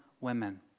women